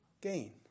Gain